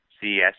CES